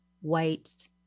white